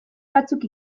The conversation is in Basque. batzuk